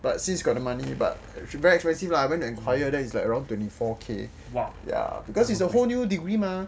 but since got the money but very expensive lah I went to enquire and it's like around twenty four K because it's a whole new degree mah